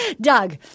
Doug